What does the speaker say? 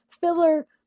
filler